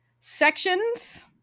sections